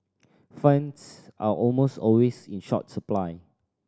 funds are almost always in short supply